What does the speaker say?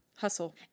hustle